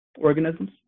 organisms